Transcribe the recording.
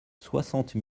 soixante